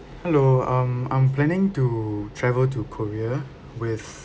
hello um I'm planning to travel to korea with